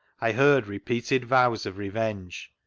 i heard repeated vows of revenge.